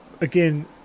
again